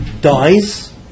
dies